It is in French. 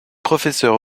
professeur